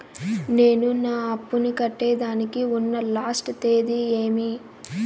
నేను నా అప్పుని కట్టేదానికి ఉన్న లాస్ట్ తేది ఏమి?